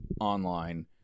online